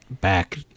back